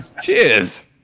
Cheers